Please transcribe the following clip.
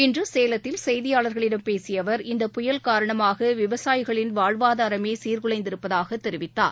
இன்றுசேலத்தில் செய்தியாளர்களிடம் பேசியஅவர் இந்த புயல் காரணமாகவிவசாயிகளின் வாழ்வாதாரமேசீர்குலைந்திருப்பதாகதெரிவித்தார்